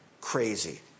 crazy